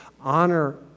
Honor